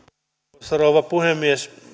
arvoisa rouva puhemies